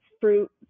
fruit